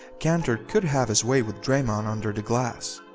kanter could have his way with draymond under the glass.